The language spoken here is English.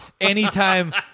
anytime